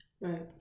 Right